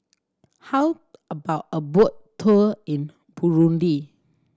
how about a boat tour in Burundi